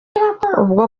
ubwo